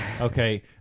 okay